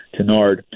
tenard